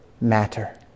matter